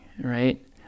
right